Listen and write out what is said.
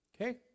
Okay